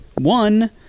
one